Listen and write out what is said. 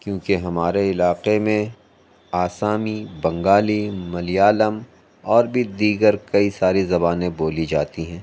کیوں کہ ہمارے علاقے میں آسامی بنگالی ملیالم اور بھی دیگر کئی ساری زبانیں بولی جاتی ہیں